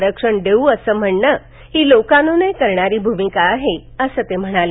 आरक्षण देवू असे म्हणणे ही लोकानुनय करणारी भूमिका आहे असं ते म्हणाले